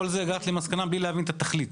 כל זה הגעת למסקנה בלי להבין את התכלית?